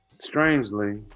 Strangely